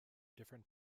different